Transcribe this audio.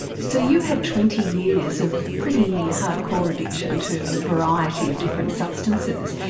so you had twenty years of pretty hard-core addiction to a variety of different substances.